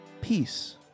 peace